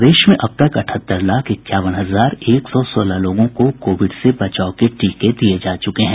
प्रदेश में अब तक अठहत्तर लाख इक्यावन हजार एक सौ सोलह लोगों को कोविड से बचाव के टीके दिये जा चुके हैं